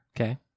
okay